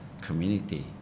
community